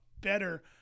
better